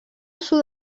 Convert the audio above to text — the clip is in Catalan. sud